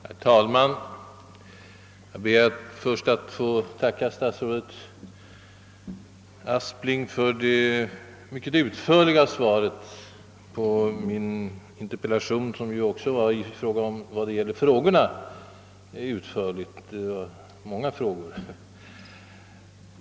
Herr talman! Jag ber att få tacka statsrådet Aspling för det mycket utförliga svaret på min interpellation, som ju innehöll många olika frågor.